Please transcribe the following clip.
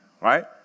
right